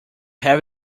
have